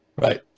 Right